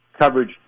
coverage